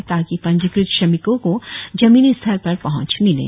ताकि पंजिक़त क्षमिको को जमीनी स्तर पर पहच मिले